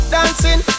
Dancing